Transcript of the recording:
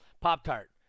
Pop-Tart